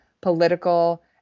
political